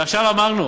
ועכשיו אמרנו: